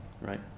right